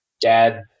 Dad